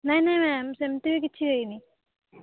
ନାହିଁ ନାହିଁ ମ୍ୟାମ୍ ସେମିତି ବି କିଛି ହେଇନି